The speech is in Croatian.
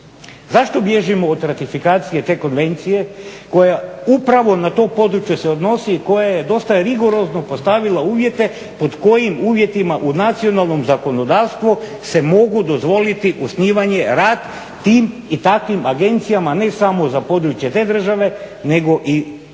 Zašto bježimo od ratifikacije te konvencije koja upravo na to područje se odnosi i koja je dosta rigorozno postavila uvjete pod kojim uvjetima u nacionalnom zakonodavstvo se mogu dozvoliti osnivanje rad tim i takvim agencijama ne samo za područje te države nego za